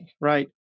right